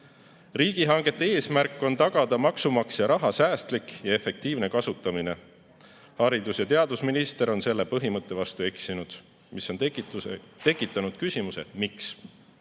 eesmärk on tagada maksumaksja raha säästlik ja efektiivne kasutamine. Haridus- ja teadusminister on selle põhimõtte vastu eksinud. See on tekitanud küsimuse, miks.